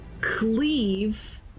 cleave